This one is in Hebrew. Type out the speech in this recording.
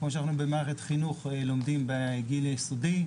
כמו שבמערכת החינוך לומדים בגיל היסודי,